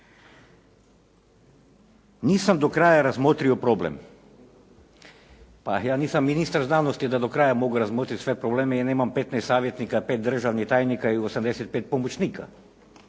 Nisam do kraja razmotrio problem. Ja nisam ministar znanosti da do kraja mogu razmotriti sve probleme jer nemam petnaest savjetnika, pet državnih tajnika i 85 pomoćnika